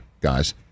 guys